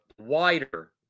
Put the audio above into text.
wider